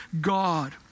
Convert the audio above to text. God